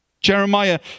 Jeremiah